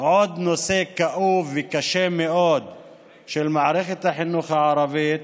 עוד נושא כאוב וקשה מאוד במערכת החינוך הערבית,